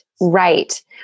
Right